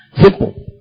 Simple